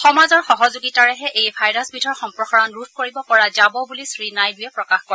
সমাজৰ সহযোগিতাৰেহে এই ভাইৰাছবিধৰ সম্প্ৰসাৰণ ৰোধ কৰিব পৰা যাব বুলি শ্ৰীনাইডুয়ে প্ৰকাশ কৰে